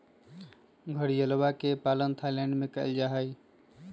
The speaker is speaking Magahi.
घड़ियलवा के पालन थाईलैंड में कइल जाहई